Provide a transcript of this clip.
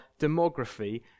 demography